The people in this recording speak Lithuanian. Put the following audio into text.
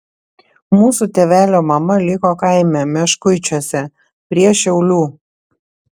mūsų tėvelio mama liko kaime meškuičiuose prie šiaulių